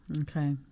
Okay